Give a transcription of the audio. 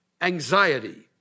anxiety